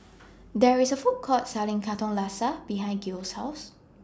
There IS A Food Court Selling Katong Laksa behind Gail's House